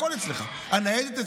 הניידת,